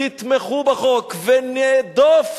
תתמכו בחוק ונהדוף